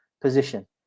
position